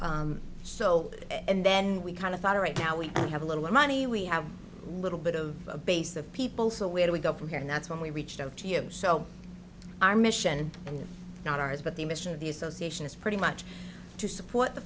stuff so and then we kind of thought are right now we have a little money we have little bit of a base of people so where do we go from here and that's when we reached out to you so our mission and not ours but the mission of the association is pretty much to support the